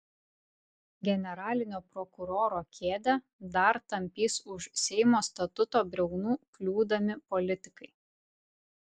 generalinio prokuroro kėdę dar tampys už seimo statuto briaunų kliūdami politikai